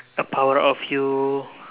a power of you